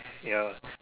ya